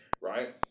right